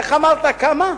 איך אמרת, כמה?